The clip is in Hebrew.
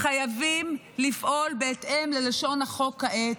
חייבים לפעול בהתאם ללשון החוק כעת.